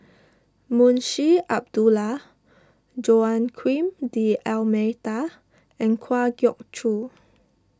Munshi Abdullah Joaquim D'Almeida and Kwa Geok Choo